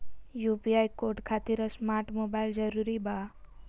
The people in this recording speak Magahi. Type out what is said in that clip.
यू.पी.आई कोड खातिर स्मार्ट मोबाइल जरूरी बा?